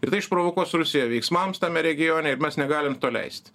ir tai išprovokuos rusiją veiksmams tame regione ir mes negalim to leisti